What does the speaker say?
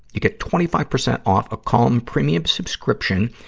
you get twenty five percent off a calm premium subscription,